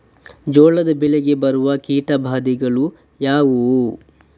ಜೋಳದ ಬೆಳೆಗೆ ಬರುವ ಕೀಟಬಾಧೆಗಳು ಯಾವುವು?